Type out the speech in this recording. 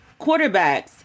quarterbacks